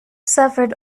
suffered